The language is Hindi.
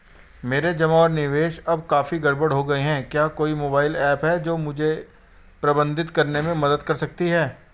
मेरे जमा और निवेश अब काफी गड़बड़ हो गए हैं क्या कोई मोबाइल ऐप है जो मुझे इसे प्रबंधित करने में मदद कर सकती है?